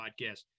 podcast